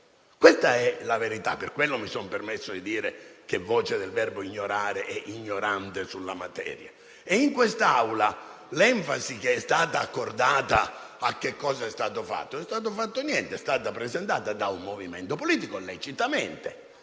Ripeto, non ci sarebbe stato bisogno di forzare le norme con un decreto-legge in materia elettorale che non ha precedenti, ma che noi accettiamo come conseguenza dell'errore del centrosinistra pugliese che ha costretto il Governo a questa eccezionale